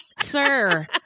Sir